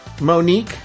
Monique